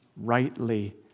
Rightly